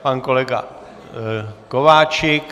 Pan kolega Kováčik.